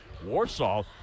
Warsaw